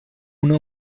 una